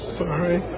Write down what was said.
sorry